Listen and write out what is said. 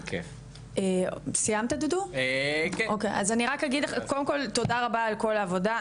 אני רק אגיד לך קודם כל תודה רבה על כל העבודה,